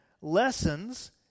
lessons